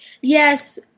Yes